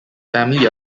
family